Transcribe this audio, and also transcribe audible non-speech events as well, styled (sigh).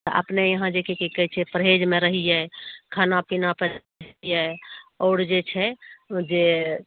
तऽ अपने यहाँ जे की कहै छै परहेजमे खाना पीना पर (unintelligible) आओर जे छै जे